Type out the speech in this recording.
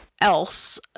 else